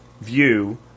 view